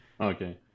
Okay